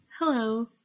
hello